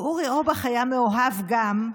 ואורי אורבך היה מאוהב גם,